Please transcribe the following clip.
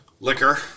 liquor